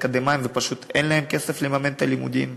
אקדמאים ופשוט אין להם כסף לממן את הלימודים.